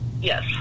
Yes